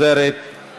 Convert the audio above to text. האסדרה בעסקים (איחוד שילוט),